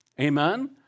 Amen